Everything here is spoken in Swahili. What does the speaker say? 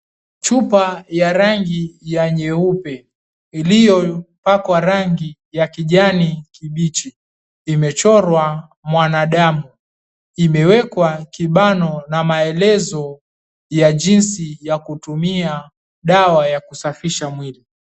Chupa ya rangi nyeupe ilio pakwa rangi ya kijani kibichi imechorwa binadamu imewekwa kibano na maelezo jinsi ya kutumia dawa ya kusafisha mwili.